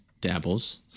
dabbles